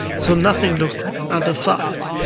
so nothing looks like on other sites.